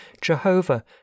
Jehovah